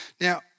Now